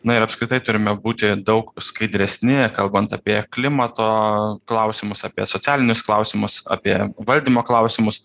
na ir apskritai turime būti daug skaidresni kalbant apie klimato klausimus apie socialinius klausimus apie valdymo klausimus